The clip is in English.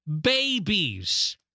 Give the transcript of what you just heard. babies